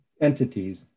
entities